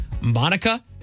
Monica